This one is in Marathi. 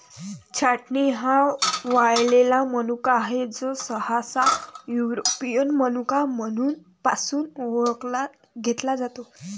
छाटणी हा वाळलेला मनुका आहे, जो सहसा युरोपियन मनुका पासून घेतला जातो